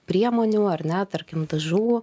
priemonių ar ne tarkim dažų